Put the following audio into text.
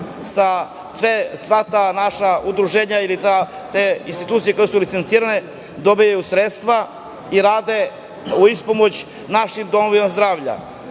sva ta naša udruženja ili te institucije koje su licencirane, dobijaju sredstva i rade ispomoć našim domovima zdravlja. Moje